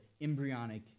embryonic